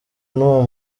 n’uwo